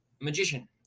magician